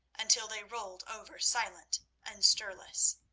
until they rolled over silent and stirless.